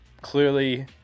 clearly